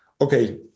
Okay